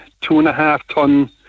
two-and-a-half-ton